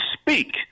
speak